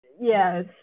yes